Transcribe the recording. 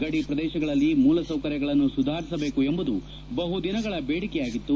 ಗಡಿ ಪ್ರದೇಶಗಳಲ್ಲಿ ಮೂಲ ಸೌಕರ್ಗಳನ್ನು ಸುಧಾರಿಸಬೇಕು ಎಂಬುದು ಬಹುದಿನಗಳ ಬೇಡಿಕೆಯಾಗಿತ್ತು